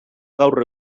gaur